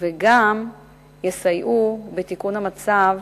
וגם יסייעו בתיקון המצב